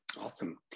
awesome